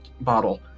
bottle